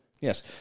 Yes